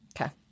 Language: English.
Okay